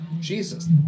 Jesus